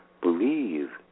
believe